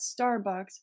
Starbucks